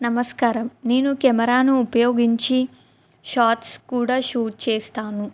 నమస్కారం నేను కెమెరాను ఉపయోగించి షాట్స్ కూడా షూట్ చేస్తాను